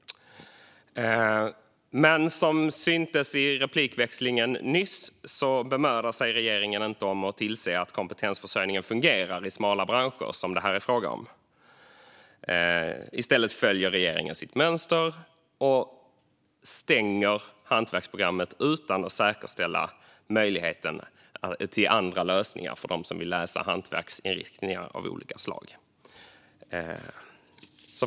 Som syntes i replikväxlingen nyss bemödar sig regeringen dock inte med att tillse att kompetensförsörjningen fungerar i smala branscher, som detta är fråga om. I stället följer regeringen sitt mönster och stänger hantverksprogrammet utan att säkerställa möjligheten till andra lösningar för dem som vill läsa hantverksinriktningar av olika slag.